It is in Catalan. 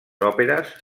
òperes